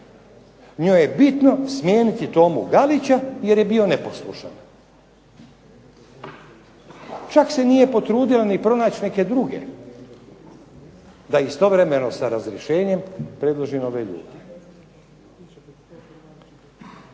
Njoj je bitno smijeniti Tomu Galića jer je bio neposlušan. Čak se nije potrudila ni pronaći neke druge, da istovremeno sa razrješenjem predloži nove ljude.